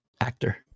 actor